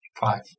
Five